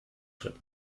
schritt